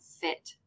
fit